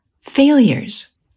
failures